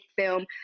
film